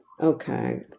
Okay